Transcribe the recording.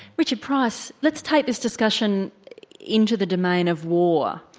richard price, let's take this discussion into the domain of war,